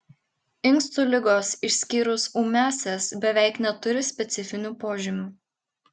inkstų ligos išskyrus ūmiąsias beveik neturi specifinių požymių